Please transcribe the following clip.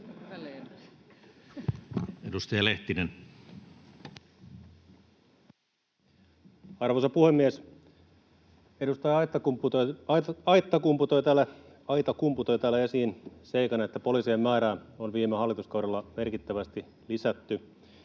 14:10 Content: Arvoisa puhemies! Edustaja Aittakumpu toi täällä esiin sen seikan, että poliisien määrää on viime hallituskaudella merkittävästi lisätty